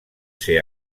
ser